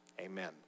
amen